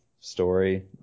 story